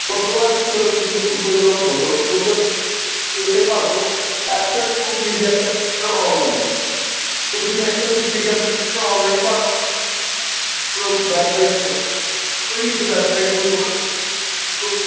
ਉਸ ਤੋਂ ਬਾਅਦ ਕੀ ਕਰੋ ਤੁਸੀਂ ਫੇਰ ਗੂਗਲ ਕਰੋਮ ਖੋਲ੍ਹ ਲਉ ਗੂਗਲ ਕਰੋਮ ਦੇ ਵਿੱਚ ਜਾ ਕੇ ਉੱਥੇ ਭਰ ਦਿਉ Excel to P D F computer online ਤਾਂ ਤੁਸੀਂ Excel to P D F computer online ਭਰ ਦੋਗੇ ਤੁਹਾਡੇ ਕੋਲ ਵੈਬਸਾਈਟ ਉਹਨਾਂ 'ਚ ਕੋਈ ਵੀ ਇੱਕ ਵੈਬਸਾਈਟ ਨੂੰ ਖੋਲ੍ਹ ਕੇ